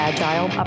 Agile